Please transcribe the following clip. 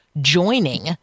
joining